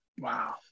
Wow